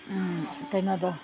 ꯀꯩꯅꯣꯗꯣ